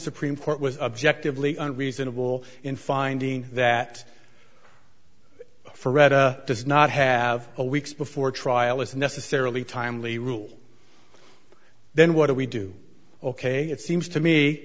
supreme court was objectively reasonable in finding that forever does not have a weeks before trial is necessarily timely rule then what do we do ok it seems to me